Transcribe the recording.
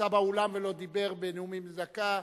שנמצא באולם ולא דיבר בנאומים בני דקה?